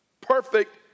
perfect